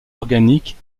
organiques